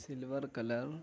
sliver colour